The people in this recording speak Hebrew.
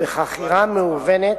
בחכירה מהוונת